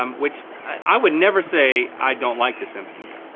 um which i would never say, i don't like the simpsons,